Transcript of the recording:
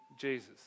Jesus